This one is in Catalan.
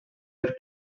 del